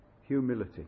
humility